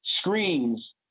screens